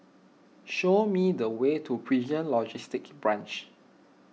show me the way to Prison Logistic Branch